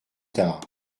tard